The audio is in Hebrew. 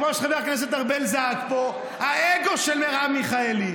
כמו שחבר הכנסת ארבל זעק פה, האגו של מרב מיכאלי.